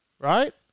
right